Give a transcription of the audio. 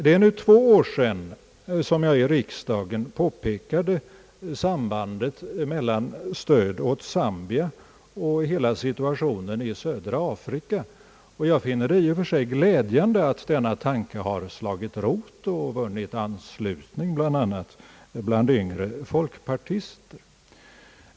Det är nu två år sedan jag i riksdagen påpekade sambandet mellan stöd åt Zambia och hela situationen i södra Afrika. Jag finner det i och för sig glädjande att denna tanke har slagit rot och vunnit anslutning även bland yngre folkpartister.